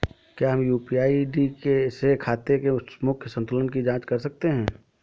क्या हम UPI ID से खाते के मूख्य संतुलन की जाँच कर सकते हैं?